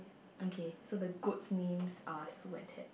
okay so the goats names are Sue and Ted